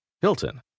Hilton